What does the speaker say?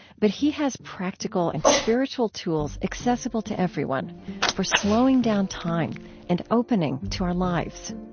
but he has practical and spiritual tools accessible to everyone for slowing down time and opening to our lives.